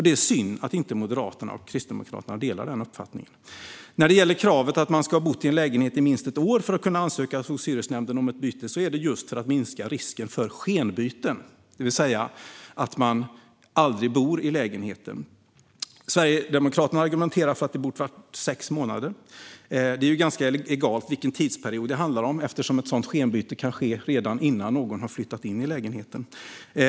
Det är synd att inte Moderaterna och Kristdemokraterna delar den uppfattningen. När det gäller kravet att man ska ha bott i en lägenhet i minst ett år för att kunna ansöka hos hyresnämnden om ett byte är det just för att minska risken för skenbyten, det vill säga att man aldrig bor i lägenheten. Socialdemokraterna argumenterar för att det borde vara sex månader, men det är ju egalt vilken tidsperiod det handlar om eftersom ett sådant skenbyte kan ske redan innan någon har flyttat in i lägenheten.